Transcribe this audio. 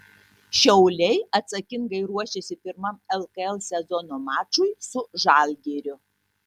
šiauliai atsakingai ruošiasi pirmam lkl sezono mačui su žalgiriu